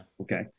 Okay